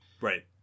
right